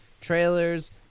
trailers